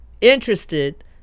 interested